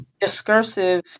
discursive